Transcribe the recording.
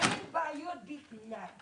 אתה לא שמעת -- את לא קוטעת אותי כשאני מסכם.